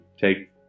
take